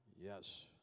Yes